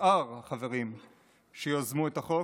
שאר החברים שיזמו את החוק.